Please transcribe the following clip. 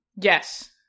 Yes